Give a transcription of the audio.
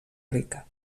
rica